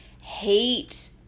hate